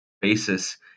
basis